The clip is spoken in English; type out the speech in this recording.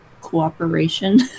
cooperation